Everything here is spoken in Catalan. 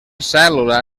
cèl·lula